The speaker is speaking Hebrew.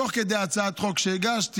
תוך כדי הצעת חוק שהגשתי,